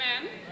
Amen